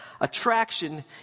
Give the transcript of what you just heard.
Attraction